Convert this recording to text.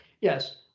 Yes